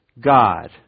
God